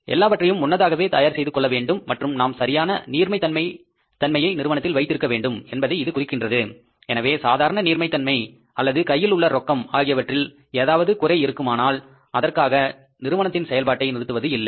எல்லாவற்றையும் முன்னதாகவே தயார் செய்து கொள்ள வேண்டும் மற்றும் நாம் சரியான நீர்மை தன்மையை நிறுவனத்தில் வைத்திருக்க வேண்டும் என்பதை இது குறிக்கின்றது எனவே சாதாரண நீர்மை தன்மை அல்லது கையில் உள்ள ரொக்கம் ஆகியவற்றில் ஏதாவது குறை இருக்குமானால் அதற்காக நிறுவனத்தின் செயல்பாட்டை நிறுத்துவது இல்லை